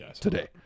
today